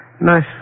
Nice